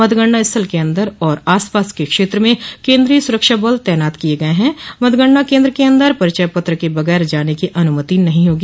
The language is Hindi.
मतगणना स्थल के अन्दर और आसपास के क्षेत्र में केन्द्रीय सुरक्षा बल तैनात किये गये हैं मतगणना केन्द्र के अन्दर परिचय पत्र के बगैर जाने को अनुमति नहीं होगी